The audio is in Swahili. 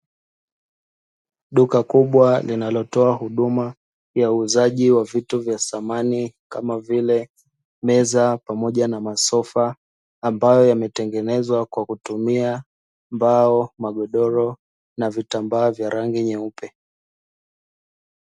Duka kubwa linalotoa huduma ya uuzaji wa vitu vya samani kama vile meza pamoja na masofa ambayo yametengenezwa kwa kutumia mbao, magodoro na vitambaa vya rangi nyeupe.